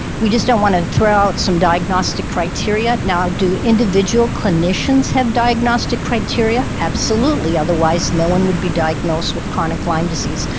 we just don't want to throw out some diagnostic criteria. now do individual clinicians have diagnostic criteria? absolutely, otherwise, no one would be diagnosed with chronic lyme disease.